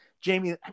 Jamie